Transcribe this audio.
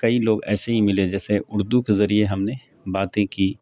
کئی لوگ ایسے ہی ملے جیسے اردو کے ذریعے ہم نے باتیں کی